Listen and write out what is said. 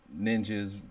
ninjas